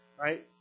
right